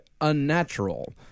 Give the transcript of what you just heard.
unnatural